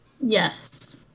yes